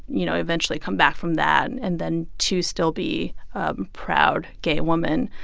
you know, eventually come back from that and then to still be a proud gay woman,